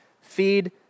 feed